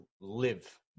live